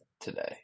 today